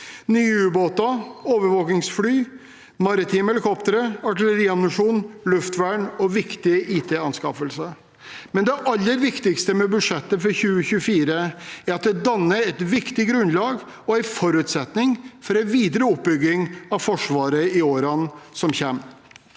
nye ubåter, overvåkingsfly, maritime helikoptre, artilleriammunisjon, luftvern og viktige IT-anskaffelser. Det aller viktigste med budsjettet for 2024 er at det danner et viktig grunnlag og en forutsetning for en videre oppbygging av Forsvaret i årene som kommer.